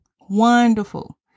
wonderful